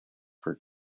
for